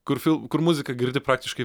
kur film kur muziką girdi praktiškai